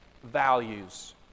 values